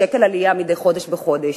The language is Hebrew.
שקל עלייה מדי חודש בחודש.